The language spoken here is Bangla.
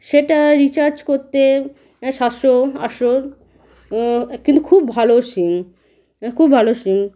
সেটা রিচার্জ করতে সাতশো আটশো কিন্তু খুব ভালো সিম খুব ভালো সিম